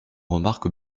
remarque